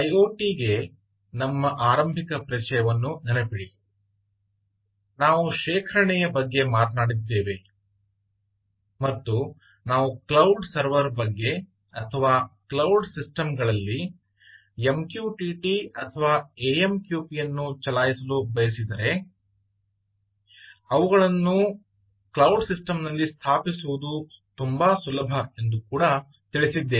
ಐಒಟಿಗೆ ನಮ್ಮ ಆರಂಭಿಕ ಪರಿಚಯವನ್ನು ನೆನಪಿಡಿ ನಾವು ಶೇಖರಣೆಯ ಬಗ್ಗೆ ಮಾತನಾಡಿದ್ದೇವೆ ಮತ್ತು ನಾವು ಕ್ಲೌಡ್ ಸರ್ವರ್ ಬಗ್ಗೆ ಅಥವಾ ಕ್ಲೌಡ್ ಸಿಸ್ಟಮ್ಗಳಲ್ಲಿನ MQTT ಅಥವಾ AMQP ಅನ್ನು ಚಲಾಯಿಸಲು ಬಯಸಿದರೆ ಅವುಗಳನ್ನು ಕ್ಲೌಡ್ ಸಿಸ್ಟಂನಲ್ಲಿ ಸ್ಥಾಪಿಸುವುದು ತುಂಬಾ ಸುಲಭ ಎಂದು ಕೂಡ ತಿಳಿಸಿದ್ದೇವೆ